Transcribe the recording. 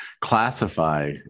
classify